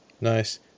Nice